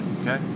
Okay